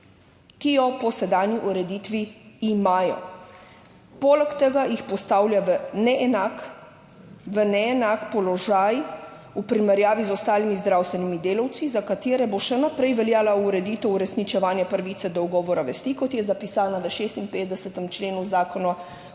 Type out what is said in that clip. Ki jo po sedanji ureditvi imajo. Poleg tega jih postavlja v neenak položaj v primerjavi z ostalimi zdravstvenimi delavci, za katere bo še naprej veljala ureditev uresničevanja pravice do ugovora vesti, kot je zapisana v 56. členu Zakona